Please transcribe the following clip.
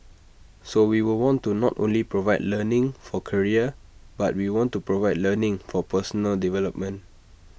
so we will want to not only provide learning for career but we want to provide learning for personal development